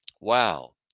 Wow